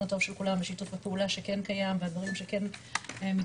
הטוב של כולם ושיתוף הפעולה שכן קיים לדברים שכן מתקיימים,